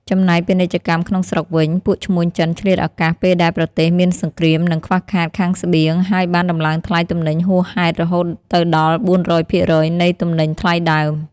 ចំណែកពាណិជ្ជកម្មក្នុងស្រុកវិញ ពួកឈ្មួញចិនឆ្លៀតឱកាសពេលដែលប្រទេសមានសង្គ្រាម និង ខ្វះខាតខាងស្បៀងហើយបានដំឡើងថ្លៃទំនិញហួសហែតរហូតទៅដល់ ៤០០% នៃទំនិញថ្លៃដើម។